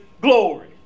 glory